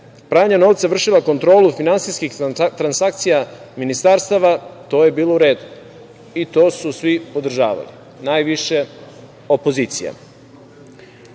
pranja novca vršila kontrolu finansijskih transakcija ministarstava, to je bilo u redu i to su svi podržavali, najviše opozicija,